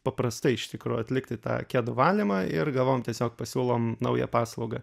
paprastai iš tikrųjų atlikti tą kedų valymą ir galvojom tiesiog pasiūlom naują paslaugą